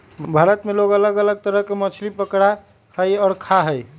भारत में लोग अलग अलग तरह के मछली पकडड़ा हई और खा हई